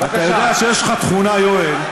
אתה יודע שיש לך תכונה, יואל,